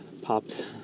popped